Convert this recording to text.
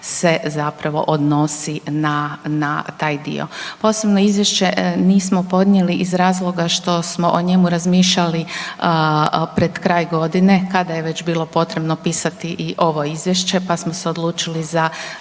se odnosi na taj dio. Posebno izvješće nismo podnijeli iz razloga što smo o njemu razmišljali pred kraj godine kada je već bilo potrebno pisati i ovo izvješće pa smo se odlučili za